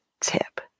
tip